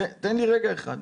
תן לי רגע אחד.